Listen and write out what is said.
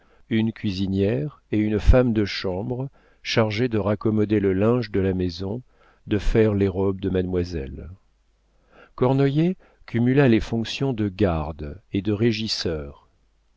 une cuisinière et une femme de chambre chargée de raccommoder le linge de la maison de faire les robes de mademoiselle cornoiller cumula les fonctions de garde et de régisseur